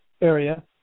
area